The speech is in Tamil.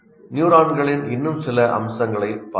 நியூரான்களின் இன்னும் சில அம்சங்களைப் பார்ப்போம்